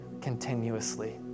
continuously